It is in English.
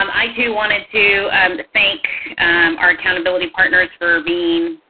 um i too wanted to and thank our accountability partners for being